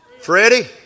Freddie